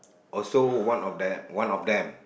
also one of one of them